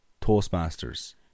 Toastmasters